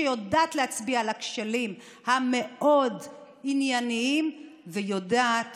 שיודעת להצביע על הכשלים המאוד-ענייניים ויודעת